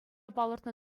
палӑртнӑ